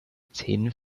zähnen